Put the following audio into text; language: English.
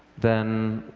then,